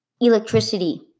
electricity